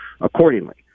accordingly